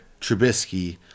Trubisky